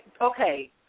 Okay